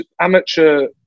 amateur